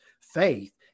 faith